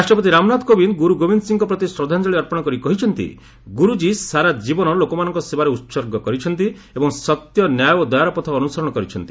ରାଷ୍ଟ୍ରପତି ରାମନାଥ କୋବିନ୍ଦ ଗୁରୁ ଗୋବିନ୍ଦ ସିଂହଙ୍କ ପ୍ରତି ଶ୍ରଦ୍ଧାଞ୍ଜଳି ଅର୍ପଣ କରି କହିଛନ୍ତି ଗୁରୁଜୀ ସାରା ଜୀବନ ଲୋକମାନଙ୍କ ସେବାରେ ଉତ୍ସର୍ଗ କରିଛନ୍ତି ଏବଂ ସତ୍ୟ ନ୍ୟାୟ ଓ ଦୟାର ପଥ ଅନୁସରଣ କରିଛନ୍ତି